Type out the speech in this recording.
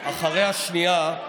אחרי השנייה,